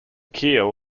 keel